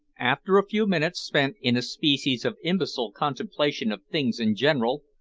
after a few minutes spent in a species of imbecile contemplation of things in general,